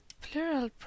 plural